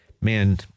man